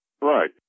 Right